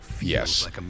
Yes